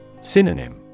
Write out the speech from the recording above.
Synonym